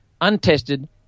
untested